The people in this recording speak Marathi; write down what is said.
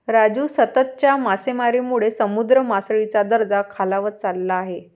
राजू, सततच्या मासेमारीमुळे समुद्र मासळीचा दर्जा खालावत चालला आहे